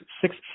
six